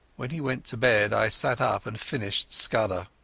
when he went to bed i sat up and finished scudder.